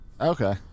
Okay